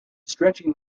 stretching